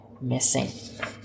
missing